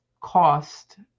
cost